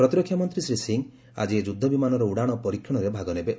ପ୍ରତିରକ୍ଷା ମନ୍ତ୍ରୀ ଶ୍ରୀ ସିଂହ ଆଜି ଏହି ଯୁଦ୍ଧ ବିମାନର ଉଡ଼ାଣ ପରୀକ୍ଷଣରେ ଭାଗ ନେବେ